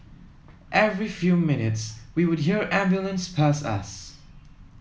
every few minutes we would hear ambulances pass us